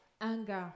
Anger